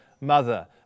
mother